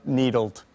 needled